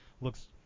Looks